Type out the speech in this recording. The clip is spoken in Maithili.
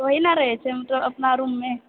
ओहिना रहैत छै मतलब अपना रूममे